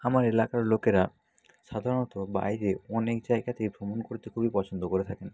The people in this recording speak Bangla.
আমার এলাকার লোকেরা সাধারণত বাইরে অনেক জায়গাতেই ভ্রমণ করতে খুবই পছন্দ করে থাকেন